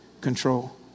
control